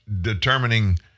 determining